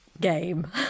game